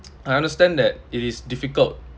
I understand that it is difficult